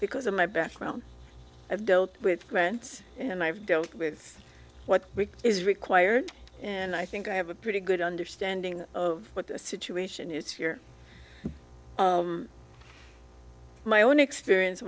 because in my background i've dealt with grants and i've dealt with what is required and i think i have a pretty good understanding of what the situation is here my own experience